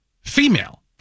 female